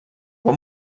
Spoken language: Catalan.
pot